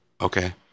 Okay